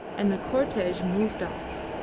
and the cortege moved off,